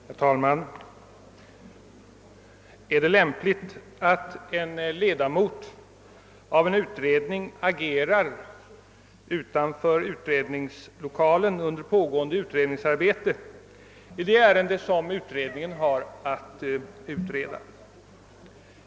Herr talman! Är det lämpligt att en ledamot av en utredning under pågående utredningsarbete agerar utanför utredningslokalen i det ärende som utredningen har att utreda?